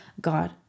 God